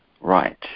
right